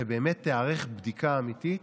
ושבאמת תיערך בדיקה אמיתית,